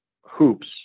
hoops